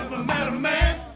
man a man